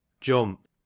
Jump